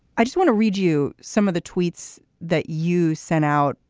i just want to read you some of the tweets that you sent out.